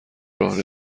راه